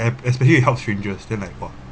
especially you help strangers still like !wah!